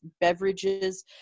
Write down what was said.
beverages